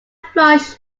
flush